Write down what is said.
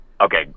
okay